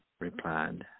replied